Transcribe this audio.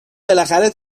بالاخره